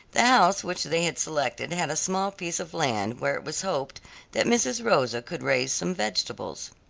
the house which they had selected had a small piece of land where it was hoped that mrs. rosa could raise some vegetables.